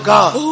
God